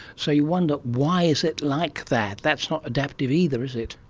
so you wonder why is it like that. that's not adaptive either is it?